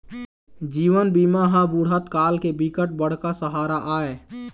जीवन बीमा ह बुढ़त काल के बिकट बड़का सहारा आय